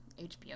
HBO